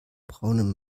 braunen